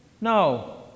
No